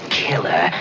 killer